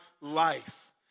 life